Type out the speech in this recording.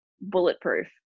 bulletproof